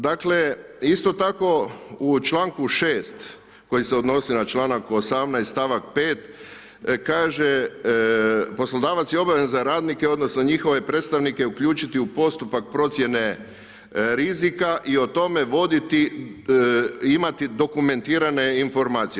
Dakle, isto tako u članku 6. koji se odnosi na članak 18. stavak 5. kaže – poslodavac je obavezan radnike odnosno, njihove predstavnike uključiti u postupak procjene rizika i o tome voditi, imati dokumentirane informacije.